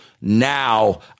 Now